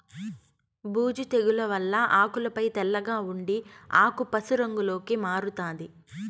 బూజు తెగుల వల్ల ఆకులపై తెల్లగా ఉండి ఆకు పశు రంగులోకి మారుతాది